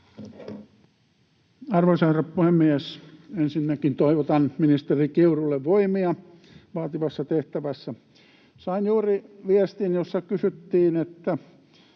Arvoisa herra puhemies! Ensinnäkin toivotan ministeri Kiurulle voimia vaativassa tehtävässä. Sain juuri viestin, jossa kysyttiin: kun